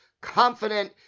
confident